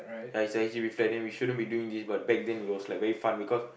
like is actually we planning we shouldn't be doing this but back then it was like very fun because